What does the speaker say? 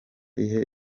ihe